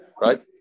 right